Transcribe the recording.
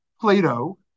Plato